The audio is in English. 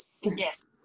Yes